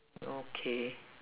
okay